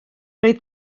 roedd